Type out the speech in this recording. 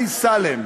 סלֵאם,